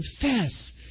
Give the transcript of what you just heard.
confess